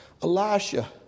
Elisha